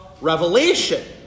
Revelation